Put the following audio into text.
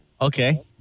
Okay